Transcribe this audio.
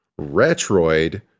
retroid